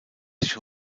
sich